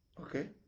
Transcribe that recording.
okay